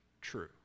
true